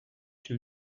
too